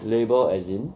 label as in